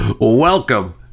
Welcome